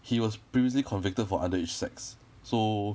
he was previously convicted for underage sex so